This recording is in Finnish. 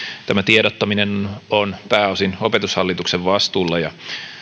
tämä tiedottaminen on pääosin opetushallituksen vastuulla ja